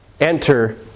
enter